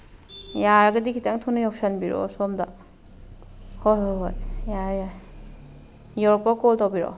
ꯌꯥꯔꯒꯗꯤ ꯈꯤꯇꯪ ꯊꯨꯅ ꯌꯧꯁꯤꯟꯕꯤꯔꯛꯑꯣ ꯁꯣꯝꯗ ꯍꯣꯏ ꯍꯣꯏ ꯍꯣꯏ ꯌꯥꯔꯦ ꯌꯥꯔꯦ ꯌꯧꯔꯛꯄꯒ ꯀꯣꯜ ꯇꯧꯕꯤꯔꯛꯑꯣ